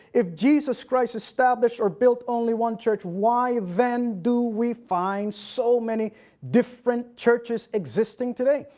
if jesus christ established or built only one church, why then do we find so many different churches existing today?